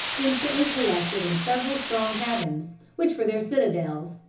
instantly collected in several strong cabins, which were their citadels,